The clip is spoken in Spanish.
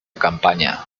campaña